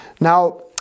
Now